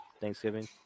Thanksgiving